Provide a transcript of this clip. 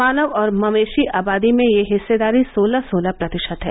मानव और मवेशी आबादी में यह हिस्सेदारी सोलह सोलह प्रतिशत है